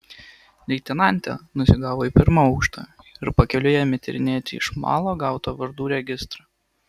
leitenantė nusigavo į pirmą aukštą ir pakeliui ėmė tyrinėti iš malo gautą vardų registrą